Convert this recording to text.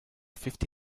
fifty